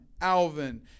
Alvin